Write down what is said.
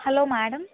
hello madam